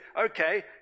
okay